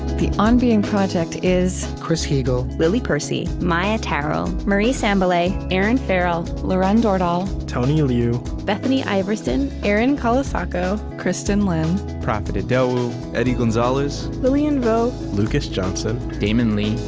the on being project is chris heagle, lily percy, maia tarrell, marie sambilay, erinn farrell, lauren dordal, tony liu, bethany iverson, erin colasacco, kristin lin, profit idowu, eddie gonzalez, lilian vo, lucas johnson, damon lee,